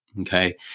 Okay